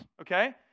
okay